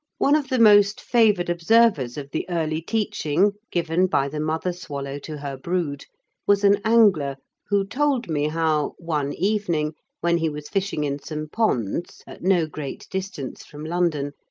one of the most favoured observers of the early teaching given by the mother-swallow to her brood was an angler who told me how, one evening when he was fishing in some ponds at no great distance from london,